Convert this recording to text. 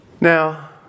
Now